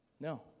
No